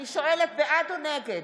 אני שואלת: בעד או נגד?